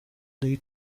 dei